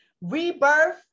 Rebirth